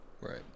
Right